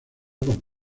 con